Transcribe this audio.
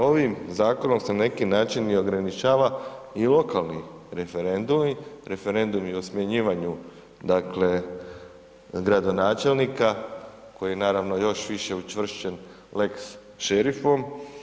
Ovim zakonom se na neki način i ograničava i lokalni referendumi, referendumi o smjenjivanju dakle gradonačelnika, koji je naravno još više učvršćen lex šerifom.